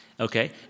Okay